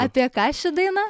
apie ką ši daina